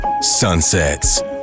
Sunsets